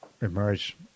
emerge